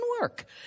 work